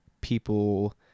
people